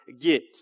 get